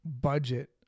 budget